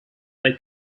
they